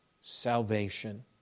salvation